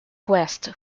quest